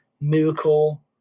miracle